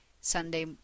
Sunday